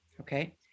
Okay